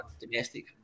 domestic